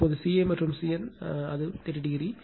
இதேபோல் ca மற்றும் cn ஐப் பார்த்தால் அது 30o ஆகும்